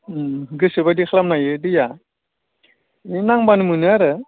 गोसोबायदि खालामनो हायो दैया नांब्लानो मोनो आरो